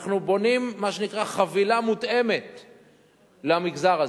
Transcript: אנחנו בונים, מה שנקרא, חבילה מותאמת למגזר הזה.